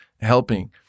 helping